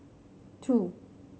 two